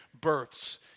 births